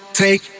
take